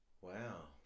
Wow